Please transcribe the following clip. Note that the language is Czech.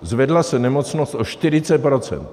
Zvedla se nemocnost o 40 %.